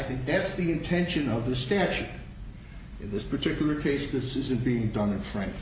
think that's the intention of the statute in this particular case this isn't being done in france